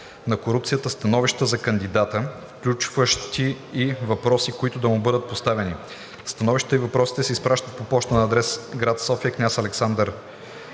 на корупцията становища за кандидата, включващи и въпроси, които да му бъдат поставяни. Становищата и въпросите се изпращат по пощата на адрес: София, площад „Княз Александър